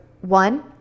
one